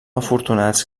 afortunats